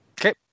Okay